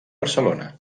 barcelona